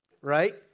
right